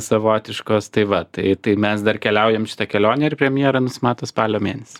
savotiškos tai va tai tai mes dar keliaujam šitą kelionę ir premjera nusimato spalio mėnesį